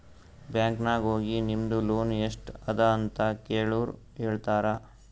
bank ನಾಗ್ ಹೋಗಿ ನಿಮ್ದು ಲೋನ್ ಎಸ್ಟ್ ಅದ ಅಂತ ಕೆಳುರ್ ಹೇಳ್ತಾರಾ